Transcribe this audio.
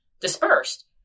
dispersed